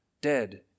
dead